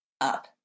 up